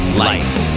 lights